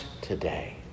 today